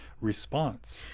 Response